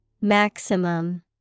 Maximum